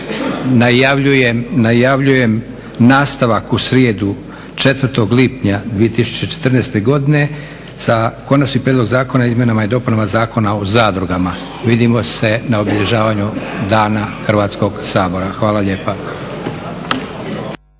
Najavljujem nastavak u srijedu 4.lipnja 2014.godine sa Konačnim prijedlogom Zakona o izmjenama i dopunama Zakona o zadrugama. Vidimo se na obilježavanju Dana Hrvatskog sabora. Hvala lijepa.